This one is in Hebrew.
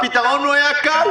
הפתרון היה קל